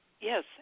Yes